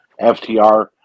FTR